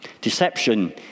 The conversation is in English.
Deception